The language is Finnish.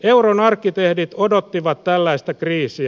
euron arkkitehdit odottivat tällaista kriisiä